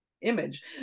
image